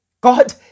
God